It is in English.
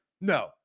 No